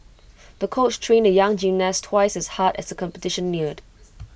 the coach trained the young gymnast twice as hard as the competition neared